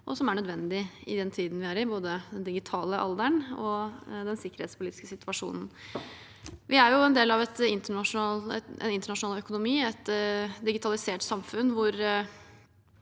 og som er nødvendig i den tiden vi er i, både den digitale alderen og den sikkerhetspolitiske situasjonen. Vi er en del av en internasjonal økonomi, et digitalisert samfunn, hvor